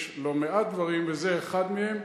יש לא מעט דברים וזה אחד מהם,